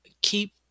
keep